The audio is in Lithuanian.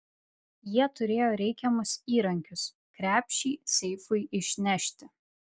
jie turėjo reikiamus įrankius krepšį seifui išnešti